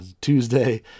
Tuesday